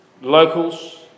locals